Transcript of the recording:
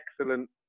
excellent